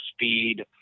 speed